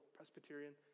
Presbyterian